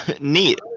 Neat